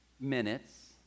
minutes